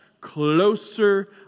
closer